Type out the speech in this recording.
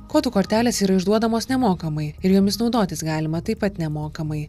kodų kortelės yra išduodamos nemokamai ir jomis naudotis galima taip pat nemokamai